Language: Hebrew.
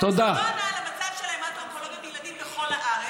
סגן השר לא ענה על המצב של ההמטו-אונקולוגית לילדים בכל הארץ,